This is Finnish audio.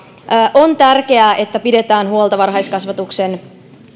on tärkeää että pidetään huolta varhaiskasvatuksen